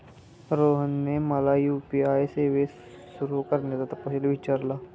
रोहनने मला यू.पी.आय सेवा सुरू करण्याचा तपशील विचारला